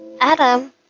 Adam